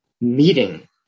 meeting